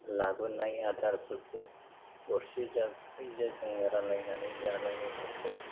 लाबोनाय आदारफोरखौ गरसे जा गरनै जा जोङो रानलायनानै जालायनो थाखाय